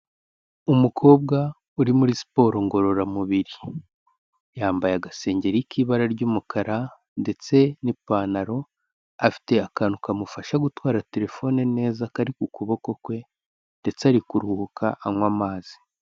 Umukobwa uri muri siporo ngororamubiri yambaye agasengeri k'ibara ry'umukara ndetse n'ipantaro, afite akantu kamufasha gutwara telefone neza kari ku kuboko kwe ndetse ari kuruhuka anywa amazi.